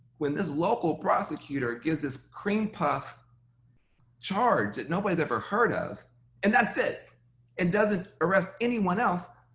when this local prosector gives this cream puff charge that nobody's ever heard of and that's it and doesn't arrest anyone else,